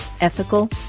ethical